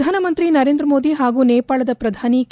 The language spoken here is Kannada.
ಶ್ರಧಾನಮಂತ್ರಿ ನರೇಂದ್ರ ಮೋದಿ ಹಾಗೂ ನೇಪಾಳದ ಪ್ರಧಾನಿ ಕೆ